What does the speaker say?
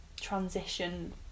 transition